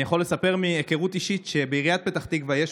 אני יכול לספר מהיכרות אישית שבעיריית פתח תקווה יש